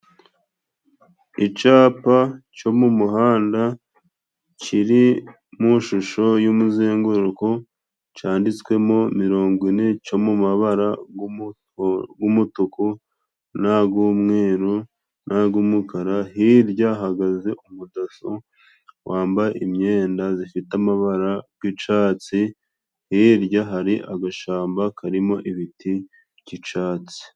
Icapa co mu muhanda kiri mu shusho y'umuzenguruko canditswemo mirongo ine co mu mabara g'umutuku, n'ag'umweru n'ag'umukara, hirya hahagaze umudaso wambaye imyenda zifite amabara g'catsi, hirya hari agashamba karimo ibiti by'icatsi.